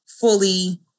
fully